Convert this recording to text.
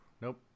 Nope